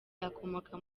akomoka